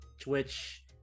Twitch